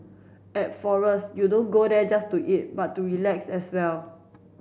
at Forest you don't go there just to eat but to relax as well